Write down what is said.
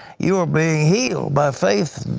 you are being healed by faith.